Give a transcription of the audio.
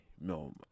No